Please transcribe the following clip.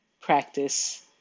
practice